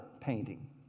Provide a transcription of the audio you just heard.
painting